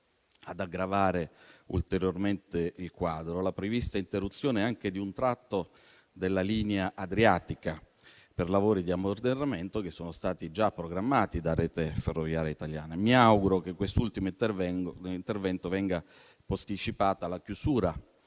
Ad aggravare ulteriormente il quadro, la prevista interruzione anche di un tratto della linea adriatica, per lavori di ammodernamento che sono stati già programmati da Rete ferroviaria italiana. Mi auguro che quest'ultimo intervento venga posticipato alla fine